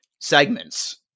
segments